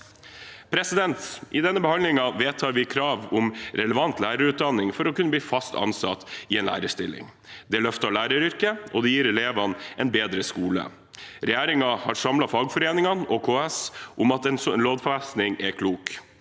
samfunn. I denne behandlingen vedtar vi krav om relevant lærerutdanning for å kunne bli fast ansatt i en lærerstilling. Det løfter læreryrket, og det gir elevene en bedre skole. Regjeringen har samlet fagforeningene og KS om at en lovfesting er klok.